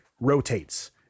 rotates